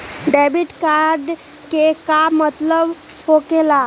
Debit card के का मतलब होकेला?